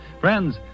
Friends